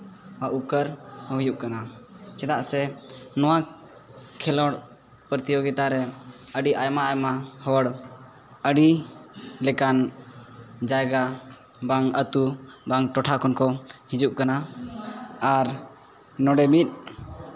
ᱩᱯᱠᱟᱹᱨ ᱦᱚᱸ ᱦᱩᱭᱩᱜ ᱠᱟᱱᱟ ᱪᱮᱫᱟᱜ ᱥᱮ ᱱᱚᱣᱟ ᱠᱷᱮᱞᱳᱰ ᱯᱨᱚᱛᱤᱡᱳᱜᱤᱛᱟ ᱨᱮ ᱟᱹᱰᱤ ᱟᱭᱢᱟ ᱟᱭᱢᱟ ᱦᱚᱲ ᱟᱹᱰᱤ ᱞᱮᱠᱟᱱ ᱡᱟᱭᱜᱟ ᱵᱟᱝ ᱟᱹᱛᱩ ᱵᱟᱝ ᱴᱚᱴᱷᱟ ᱠᱷᱚᱱ ᱠᱚ ᱦᱤᱡᱩᱜ ᱠᱟᱱᱟ ᱟᱨ ᱱᱚᱸᱰᱮ ᱢᱤᱫ